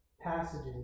passages